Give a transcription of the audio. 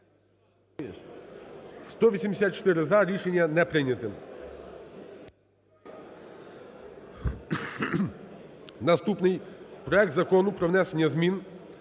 За-184 Рішення не прийнято. Наступний проект Закону про внесення змін